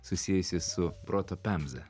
susijusi su proto pemza